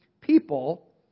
people